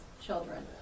children